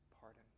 pardon